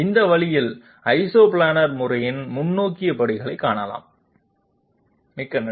இந்த வழியில் ஐசோபிளானர் முறையின் முன்னோக்கி படிகளைக் காணலாம்மிக்க நன்றி